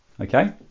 okay